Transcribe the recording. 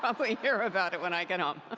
probably hear about it when i get um ah